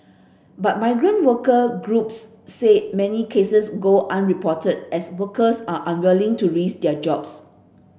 but migrant worker groups said many cases go unreported as workers are unwilling to risk their jobs